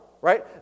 Right